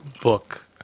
Book